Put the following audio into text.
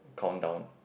countdown